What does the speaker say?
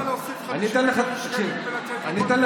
מה הבעיה להוסיף 50 מיליון שקל ולתת לכל החיילים?